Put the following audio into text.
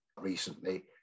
recently